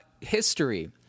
history